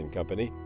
Company